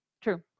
True